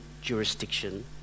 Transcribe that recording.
jurisdiction